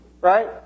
Right